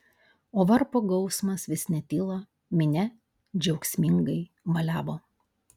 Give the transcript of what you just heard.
o varpo gausmas vis netilo minia džiaugsmingai valiavo